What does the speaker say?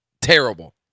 terrible